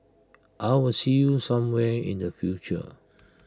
I'll will see you somewhere in the future